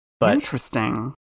Interesting